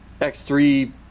X3